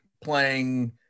playing